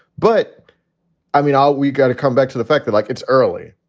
but i mean, all we've got to come back to the fact that like it's early.